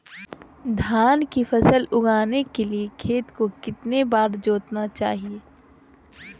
धान की फसल उगाने के लिए खेत को कितने बार जोतना चाइए?